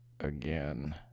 Again